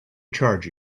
charge